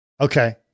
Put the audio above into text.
Okay